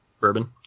Bourbon